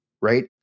right